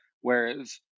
whereas